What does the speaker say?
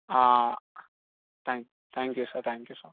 thank thank you sir thank you so